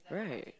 right